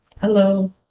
Hello